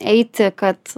eiti kad